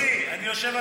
תקשיב, אני יושב על